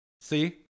See